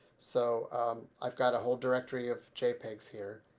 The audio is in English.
so i've got a whole directory of jpegs here.